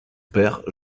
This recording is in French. père